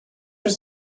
was